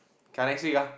try next week lah